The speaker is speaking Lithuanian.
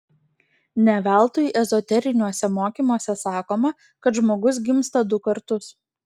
ne veltui ezoteriniuose mokymuose sakoma kad žmogus gimsta du kartus